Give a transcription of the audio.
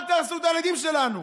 אל תהרסו את הילדים שלנו.